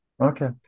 Okay